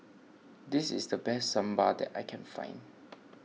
this is the best Sambal that I can find